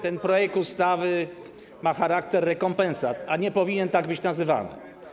Ten projekt ustawy ma charakter rekompensat, a nie powinien być tak nazywany.